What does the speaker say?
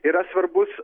yra svarbus